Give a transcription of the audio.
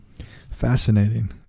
Fascinating